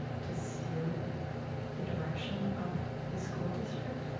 to steer the direction of the school district.